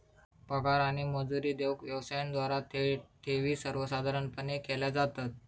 पगार आणि मजुरी देऊक व्यवसायांद्वारा थेट ठेवी सर्वसाधारणपणे केल्या जातत